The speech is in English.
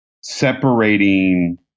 separating